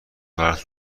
برات